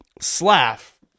Slav